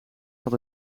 van